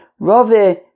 Rav